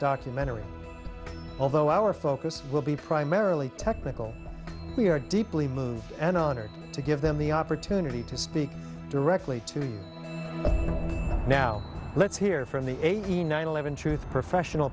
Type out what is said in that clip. documentary although our focus will be primarily technical we are deeply moved and honored to give them the opportunity to speak directly to you now let's hear from the eighty nine eleven truth professional